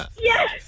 Yes